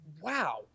wow